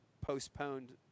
postponed